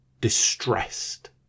distressed